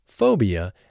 Phobia